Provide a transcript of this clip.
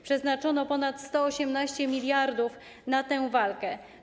Przeznaczono ponad 118 mld na tę walkę.